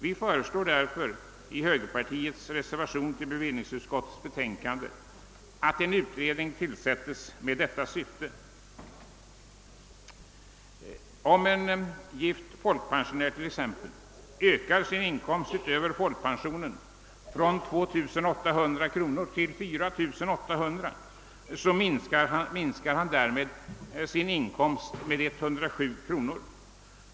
Vi föreslår därför i en högerreservation — nr 4 vid bevillningsutskottets betänkande nr 47 — att en utredning tillsättes för att klarlägga denna fråga. Om en gift folkpensionär ökar sin inkomst utöver folkpensionen från 2 800 till 4800 kronor minskar han därmed sin inkomst med 107 kronor.